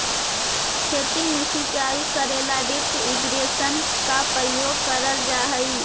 खेतों में सिंचाई करे ला ड्रिप इरिगेशन का प्रयोग करल जा हई